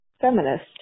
feminist